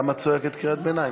למה את צועקת קריאת ביניים?